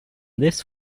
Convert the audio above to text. this